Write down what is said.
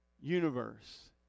universe